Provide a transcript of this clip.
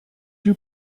you